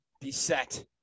beset